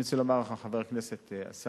אני רוצה לומר לך, חבר הכנסת אלסאנע,